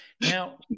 Now